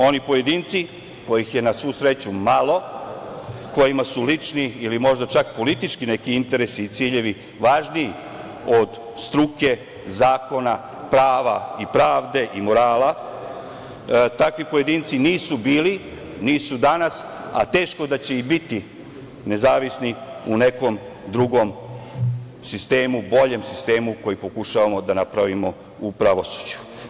Oni pojedinci, kojih je, na svu sreću, malo, kojima su lični ili možda čak politički neki interesi i ciljevi važniji od struke, zakona, prava i pravde i morala, takvi pojedinci nisu bili, nisu danas, a teško da će i biti nezavisni u nekom drugom sistemu, boljem sistemu koji pokušavamo da napravimo u pravosuđu.